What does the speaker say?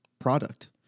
product